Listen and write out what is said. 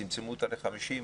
שצמצמו אותה ל-50?